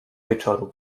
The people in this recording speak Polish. wieczoru